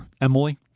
Emily